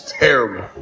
terrible